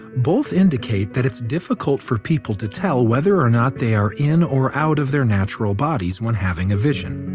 both indicate that it's difficult for people to tell whether or not they are in our out of their natural bodies when having a vision.